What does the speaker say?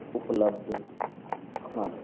ਉਪਲੱਬਧ ਹਨ